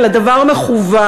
אלא דבר מכוון,